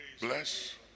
Bless